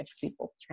people